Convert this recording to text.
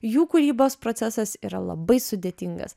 jų kūrybos procesas yra labai sudėtingas